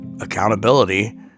accountability